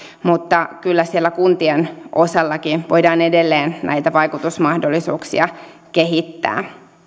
mutta kyllä siellä kuntien osaltakin voidaan edelleen näitä vaikutusmahdollisuuksia kehittää